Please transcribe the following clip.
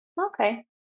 Okay